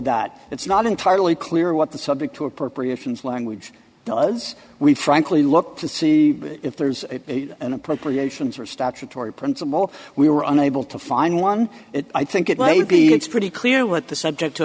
that it's not entirely clear what the subject to appropriations language does we frankly look to see if there's an appropriations or statutory principle we were unable to find one i think it may be it's pretty clear what the subject to